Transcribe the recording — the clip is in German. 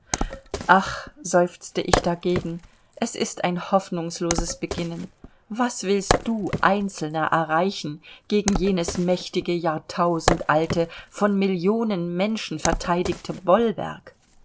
ach seufzte ich dagegen es ist ein hoffnungsloses beginnen was willst du einzelner erreichen gegen jenes mächtige jahrtausendalte von millionen menschen verteidigte bollwerk